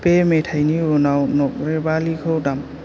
बे मेथायनि उनाव नकरेबालिखौ दाम